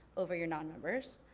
over your non-members.